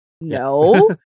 no